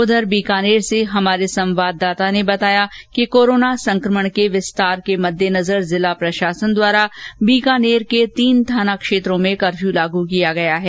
उधर बीकानेर से हमारे संवाददाता ने बताया है कि कोरोना संक्रमण के विस्तार के मददेनजर जिला प्रशासन द्वारा बीकानेर के तीन थाना इलाकों में कफर्य लगा दिया है